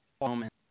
moment